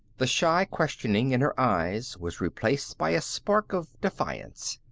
the shy questioning in her eyes was replaced by a spark of defiance.